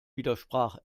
widersprach